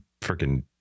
freaking